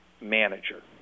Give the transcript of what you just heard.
manager